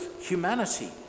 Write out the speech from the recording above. humanity